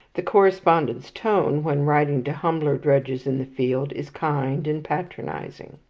the correspondent's tone, when writing to humbler drudges in the field, is kind and patronizing.